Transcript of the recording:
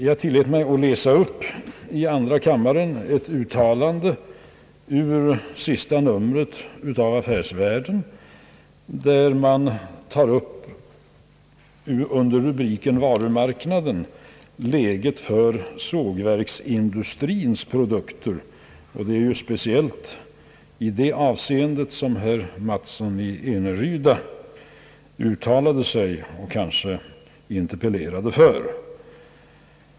Jag tillät mig att i andra kammaren läsa upp ett uttalande ur senaste numret av Affärsvärlden, där man under rubriken Varumarknaden tar upp läget för sågverksindustrins produkter. Det är ju speciellt med tanke på denna industri som herr Mattsson i Eneryda har framställt sin interpellation.